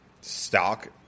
stock